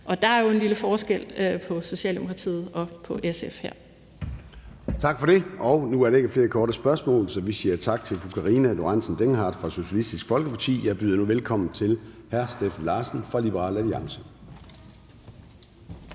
og der er jo en lille forskel på Socialdemokratiet og SF her. Kl. 13:28 Formanden (Søren Gade): Der er ikke flere korte bemærkninger, så vi siger tak til fru Karina Lorentzen Dehnhardt fra Socialistisk Folkeparti. Jeg byder nu velkommen til hr. Steffen Larsen fra Liberal Alliance.